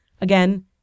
again